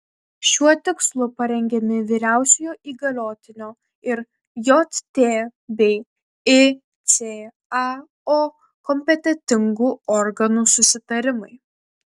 šiuo tikslu parengiami vyriausiojo įgaliotinio ir jt bei icao kompetentingų organų susitarimai